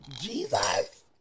Jesus